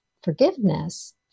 Forgiveness